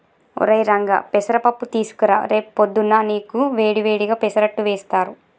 ఒరై రంగా పెసర పప్పు తీసుకురా రేపు పొద్దున్నా నీకు వేడి వేడిగా పెసరట్టు వేస్తారు